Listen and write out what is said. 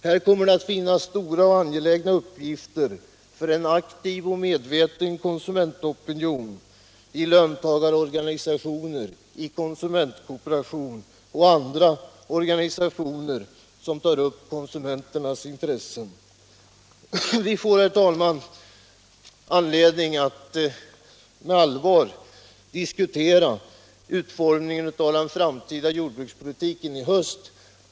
Här kommer det att finnas stora och angelägna uppgifter för en aktiv och medveten konsumentopinion i löntagarorganisationer, i konsumentkooperation och i andra organisationer som tar upp konsumenternas intressen. Vi får, herr talman, anledning att på allvar diskutera utformningen av den framtida jordbrukspolitiken i höst.